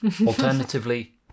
Alternatively